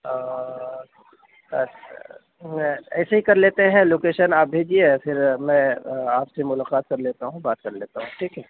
ایسے ہی کر لیتے ہیں لوکیشن آپ بھیجیے پھر میں آپ سے ملاقات کر لیتا ہوں بات کر لیتا ہوں ٹھیک ہے